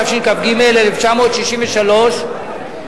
התשכ"ג 1963,